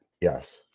Yes